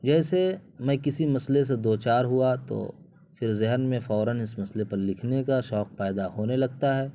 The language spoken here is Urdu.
جیسے میں کسی مسئلے سے دو چار ہوا تو پھر ذہن میں فوراً اس مسئلہ پر لکھنے کا شوق پیدا ہونے لگتا ہے